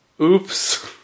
Oops